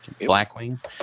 Blackwing